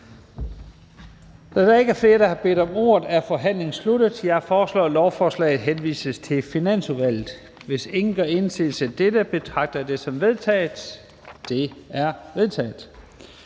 Da der ikke er flere, der har bedt om ordet, er forhandlingen sluttet. Jeg foreslår, at lovforslaget henvises til Finansudvalget. Hvis ingen gør indsigelse mod dette, betragter jeg det som vedtaget. Det er vedtaget.